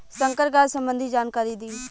संकर गाय संबंधी जानकारी दी?